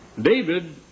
David